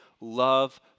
love